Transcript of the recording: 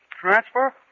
Transfer